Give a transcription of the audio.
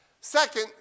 Second